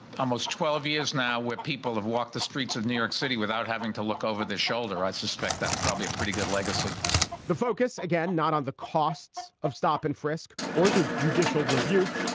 almost twelve years now where people have walked the streets of new york city without having to look over the shoulder. i suspect that's probably a pretty good legacy the focus, again, not on the costs of stop and frisk or the judicial rebuke,